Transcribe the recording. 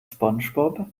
spongebob